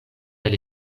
del